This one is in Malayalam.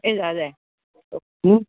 ഇല്ലാലെ